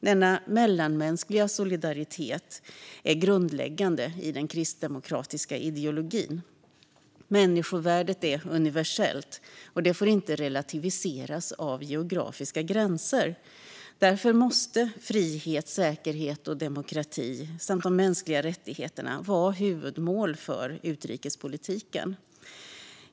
Denna mellanmänskliga solidaritet är grundläggande i den kristdemokratiska ideologin. Människovärdet är universellt och får inte relativiseras av geografiska gränser. Därför måste frihet, säkerhet och demokrati samt de mänskliga rättigheterna vara huvudmål för utrikespolitiken.